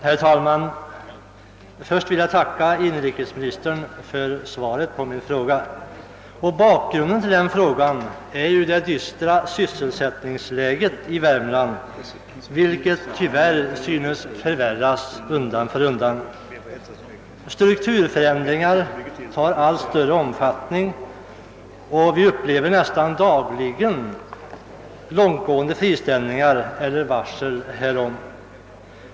Herr talman! Jag vill tacka inrikesministern för svaret på min fråga. Bakgrunden till frågan är det dystra sysselsättningsläget i Värmland, vilket tyvärr synes bli värre undan för undan. Strukturförändringarna får allt större omfattning, och vi upplever så gott som dagligen långtgående friställningar eller varsel om sådana.